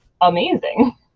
amazing